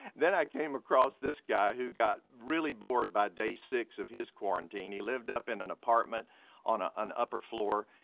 then i came across this guy who got really bored by day six of his quarantine. he lived up in an apartment on ah an upper floor,